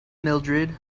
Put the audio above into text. mildrid